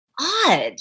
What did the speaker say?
odd